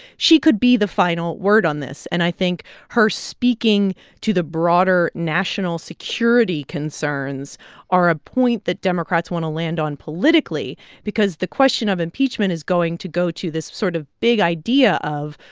she could be the final word on this and i think her speaking to the broader national security concerns are a point that democrats want to land on politically because the question of impeachment is going to go to this sort of big idea of,